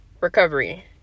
Recovery